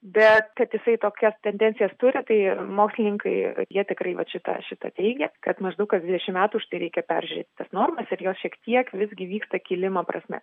bet kad jisai tokias tendencijas turi tai mokslininkai jie tikrai vat šita šita teigia kad maždaug kas dvidešim metų štai reikia peržiūrėti tas normas ir jos šiek tiek visgi vyksta kilimo prasme